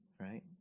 Right